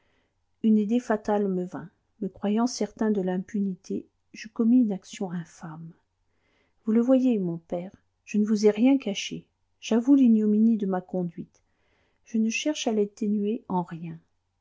une idée fatale me vint me croyant certain de l'impunité je commis une action infâme vous le voyez mon père je ne vous ai rien caché j'avoue l'ignominie de ma conduite je ne cherche à l'atténuer en rien